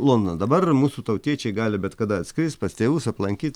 londoną dabar mūsų tautiečiai gali bet kada atskrist pas tėvus aplankyt